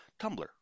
Tumblr